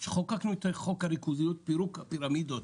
חוקקנו את חוק הריכוזיות, פירוק הפירמידות.